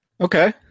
Okay